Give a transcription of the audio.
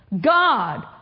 God